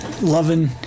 Loving